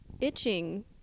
itching